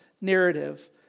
narrative